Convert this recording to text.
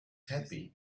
happy